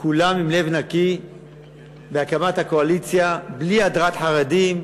כולם עם לב נקי בהקמת הקואליציה, בלי הדרת חרדים,